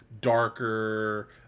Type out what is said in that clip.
darker